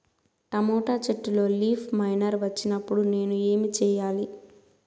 Tomato చెట్టులో leaf miner వచ్చినప్పుడు నేను ఏమి చెయ్యాలి?